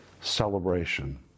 celebration